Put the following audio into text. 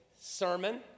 sermon